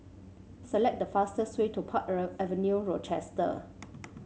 select the fastest way to Park Avenue Rochester